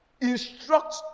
instruct